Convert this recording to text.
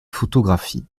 photographies